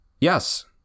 Yes